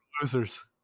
losers